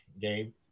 game